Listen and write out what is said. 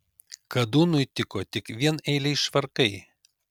kadūnui tiko tik vieneiliai švarkai